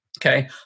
Okay